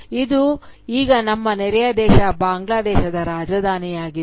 ಇದು ಈಗ ನಮ್ಮ ನೆರೆಯ ದೇಶ ಬಾಂಗ್ಲಾದೇಶದ ರಾಜಧಾನಿಯಾಗಿದೆ